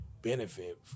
benefit